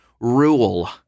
rule